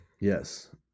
Yes